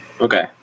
Okay